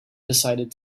decided